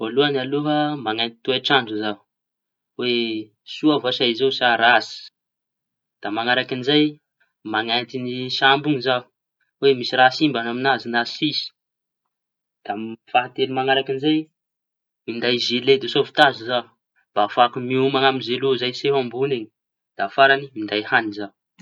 Voalohañy aloha mañenty toetra andro zaho oe soa vasa izy ao sa ratsy. Da mañaraky zay da mañenty ny sambo iñy zaho hoe misy raha simba ny amiñazy na tsisy. Da fahatelo mañaraky amizay minday zile de sôvetazy zaho mba afahako mioma amizay loza miseo amboñy eñy farañy minday hañi zaho.